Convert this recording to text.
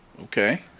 Okay